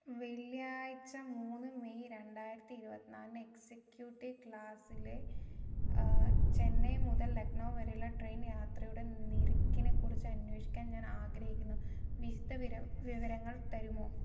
വെള്ളിയാഴ്ച മൂന്ന് മെയ് രണ്ടായിരത്തി ഇരുപത്തിനാലിന് എക്സിക്യൂട്ടീവ് ക്ലാസിലെ ചെന്നൈ മുതൽ ലക്നൗ വരെയുള്ള ട്രെയിൻ യാത്രയുടെ നിരക്കിനെക്കുറിച്ച് അന്വേഷിക്കാൻ ഞാൻ ആഗ്രഹിക്കുന്നു വിവരങ്ങൾ തരുമോ